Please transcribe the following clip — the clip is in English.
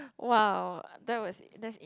!wow! that was that's in